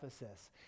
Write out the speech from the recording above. Ephesus